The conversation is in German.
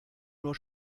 nur